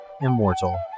immortal